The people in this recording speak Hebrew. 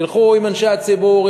תלכו עם אנשי הציבור,